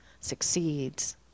succeeds